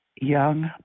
young